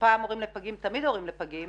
פעם הורים לפגים, תמיד הורים לפגים